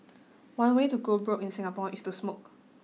one way to go broke in Singapore is to smoke